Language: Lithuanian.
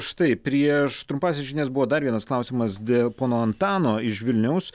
štai prieš trumpąsias žinias buvo dar vienas klausimas dė pono antano iš vilniaus